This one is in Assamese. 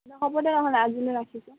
হ'ব দে নহ'লে আজিলৈ ৰাখিছোঁ